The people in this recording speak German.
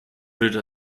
würde